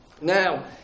Now